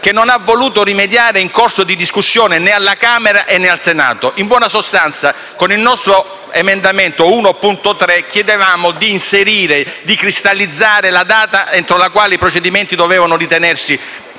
che non ha voluto rimediare in corso di discussione né alla Camera, né al Senato. In buona sostanza, con l'emendamento 1.3 chiedevamo di inserire e cristallizzare la data del 30 settembre 2018, entro la quale i procedimenti dovevano ritenersi